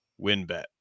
WinBet